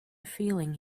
feeling